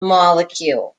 molecule